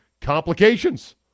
complications